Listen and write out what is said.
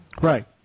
Right